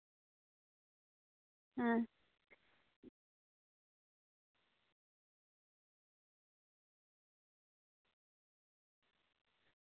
ᱦᱮᱸ